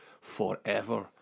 forever